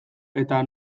eta